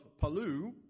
Palu